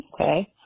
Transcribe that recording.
Okay